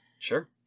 Sure